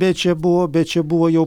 bet čia buvo bet čia buvo jau